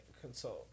consult